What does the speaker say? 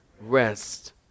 Rest